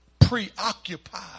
preoccupied